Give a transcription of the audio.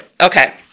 Okay